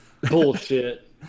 Bullshit